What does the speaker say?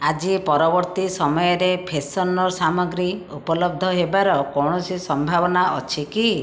ଆଜି ପରବର୍ତ୍ତୀ ସମୟରେ ଫ୍ରେଶନର୍ ସାମଗ୍ରୀ ଉପଲବ୍ଧ ହେବାର କୌଣସି ସମ୍ଭାବନା ଅଛି କି